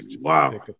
wow